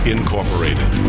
Incorporated